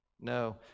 No